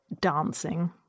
dancing